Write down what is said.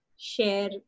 share